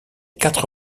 quatre